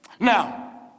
Now